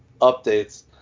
updates